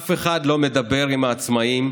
אף אחד לא מדבר עם העצמאים,